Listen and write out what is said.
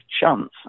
chance